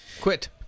Quit